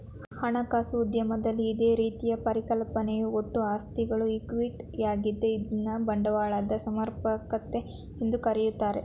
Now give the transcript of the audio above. ಹಣಕಾಸು ಉದ್ಯಮದಲ್ಲಿ ಇದೇ ರೀತಿಯ ಪರಿಕಲ್ಪನೆಯು ಒಟ್ಟು ಆಸ್ತಿಗಳು ಈಕ್ವಿಟಿ ಯಾಗಿದೆ ಇದ್ನ ಬಂಡವಾಳದ ಸಮರ್ಪಕತೆ ಎಂದು ಕರೆಯುತ್ತಾರೆ